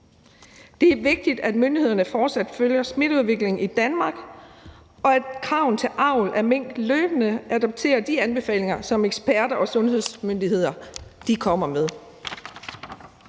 Det er vigtigt, at myndighederne fortsat følger smitteudviklingen i Danmark, og at kravene til avl af mink løbende adopterer de anbefalinger, som eksperter og sundhedsmyndigheder kommer med.